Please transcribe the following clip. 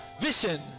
Vision